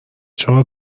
چهار